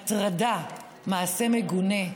הטרדה, מעשה מגונה,